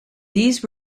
these